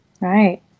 Right